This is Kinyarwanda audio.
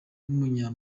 w’umunya